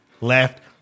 Left